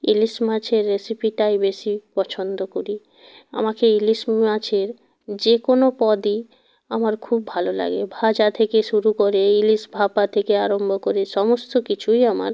ইলিশ মাছের রেসিপিটাই বেশি পছন্দ করি আমাকে ইলিশ মাছের যে কোনো পদই আমার খুব ভালো লাগে ভাজা থেকে শুরু করে ইলিশ ভাপা থেকে আরম্ভ করে সমস্ত কিছুই আমার